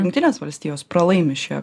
jungtinės valstijos pralaimi šioje